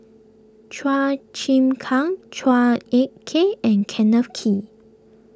Chua Chim Kang Chua Ek Kay and Kenneth Kee